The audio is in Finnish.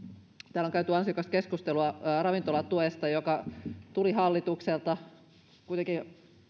täällä on käyty ansiokasta keskustelua ravintolatuesta joka tuli hallitukselta kuitenkin